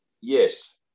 yes